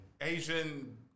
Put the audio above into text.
Asian